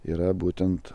yra būtent